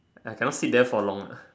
I cannot sit there for long lah